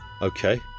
Okay